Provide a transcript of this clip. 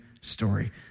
story